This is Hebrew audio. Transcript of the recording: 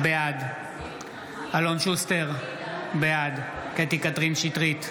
בעד אלון שוסטר, בעד קטי קטרין שטרית,